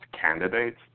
candidates